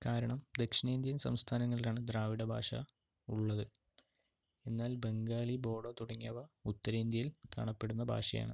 കാരണം ദക്ഷിണേന്ത്യൻ സംസ്ഥാനങ്ങളിലാണ് ദ്രാവിഡ ഭാഷ ഉള്ളത് എന്നാൽ ബംഗാളി ബോഡോ തുടങ്ങിയവ ഉത്തരേന്ത്യയിൽ കാണപ്പെടുന്ന ഭാഷയാണ്